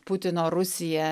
putino rusija